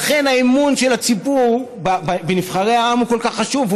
לכן האמון של הציבור בנבחרי העם הוא כל כך חשוב.